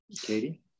Katie